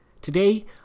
Today